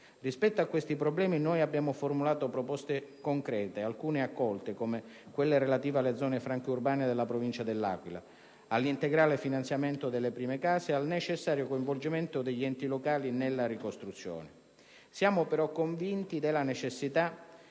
Rispetto a questi problemi noi abbiamo formulato proposte concrete, alcune delle quali accolte, come quelle relative all'istituzione di zone franche urbane nella Provincia dell'Aquila, all'integrale finanziamento delle prime case e al necessario coinvolgimento degli enti locali nella ricostruzione. Siamo però convinti della necessità